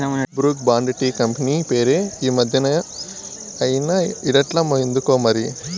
Brooke Bond tea company పేరే ఈ మధ్యనా ఇన బడట్లా ఎందుకోమరి